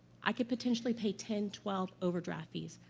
i could potentially pay ten, twelve overdraft fees,